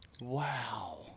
Wow